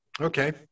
Okay